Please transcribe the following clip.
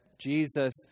Jesus